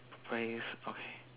face okay